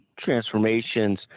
transformations